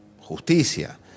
justicia